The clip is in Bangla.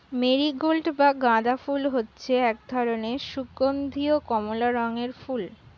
মেরিগোল্ড বা গাঁদা ফুল হচ্ছে এক ধরনের সুগন্ধীয় কমলা রঙের ফুল